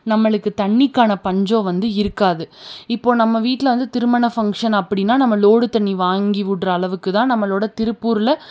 நம்மளுக்கு தண்ணிக்கான பஞ்சம் வந்து இருக்காது இப்போது நம்ம வீட்டில் வந்து திருமண ஃபங்ஷன் அப்படின்னா நம்ம லோடு தண்ணி வாங்கி விட்ற அளவுக்குதான் நம்மளோட திருப்பூரில்